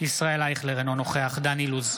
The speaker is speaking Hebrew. ישראל אייכלר, אינו נוכח דן אילוז,